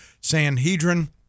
Sanhedrin